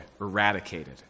eradicated